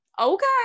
okay